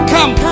Come